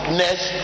next